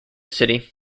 city